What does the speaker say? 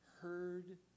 heard